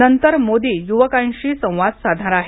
नंतर मोदी युवकांशी संवाद साधणार आहेत